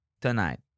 tonight